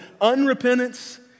unrepentance